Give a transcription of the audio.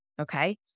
okay